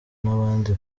n’abandi